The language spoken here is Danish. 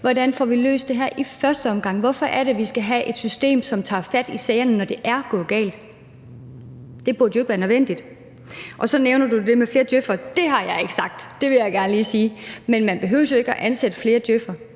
vi får løst det her i første omgang. Hvorfor er det, vi skal have et system, som tager fat i sagerne, når det er gået galt? Det burde jo ikke være nødvendigt. Så nævner du det med flere djøf'ere: Det har jeg ikke sagt! Det vil jeg gerne lige sige. Man behøver jo ikke at ansætte flere djøf'ere.